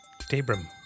Tabram